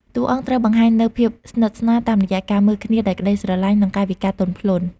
តួអង្គត្រូវបង្ហាញនូវ ភាពស្និទ្ធស្នាល តាមរយៈការមើលគ្នាដោយក្តីស្រលាញ់ និងកាយវិការស្រទន់។